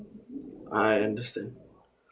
I understand